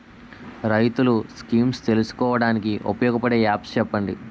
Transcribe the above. రైతులు స్కీమ్స్ తెలుసుకోవడానికి ఉపయోగపడే యాప్స్ చెప్పండి?